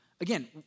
again